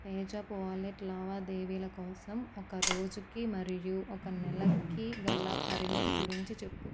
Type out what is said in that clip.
PayZapp wallet లావాదేవీల కోసం ఒక రోజుకి మరియు ఒక నెలకి గల పరిమితి గురించి చెప్పు